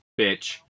bitch